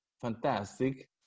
fantastic